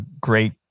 great